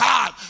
God